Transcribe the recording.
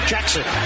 Jackson